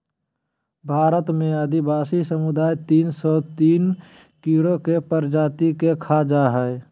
भारत में आदिवासी समुदाय तिन सो तिन कीड़ों के प्रजाति के खा जा हइ